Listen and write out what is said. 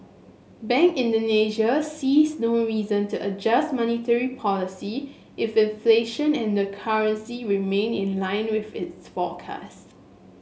Bank Indonesia sees no reason to adjust monetary policy if inflation and the currency remain in line with its forecasts